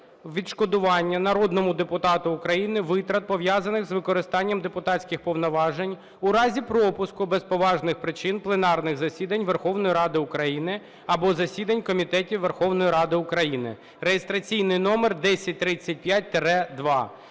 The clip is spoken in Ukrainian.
відшкодування народному депутату України витрат, пов'язаних з виконанням депутатських повноважень, у разі пропуску без поважних причин пленарних засідань Верховної Ради України або засідань комітетів Верховної Ради України (реєстраційний номер 1035-2).